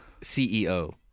CEO